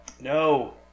No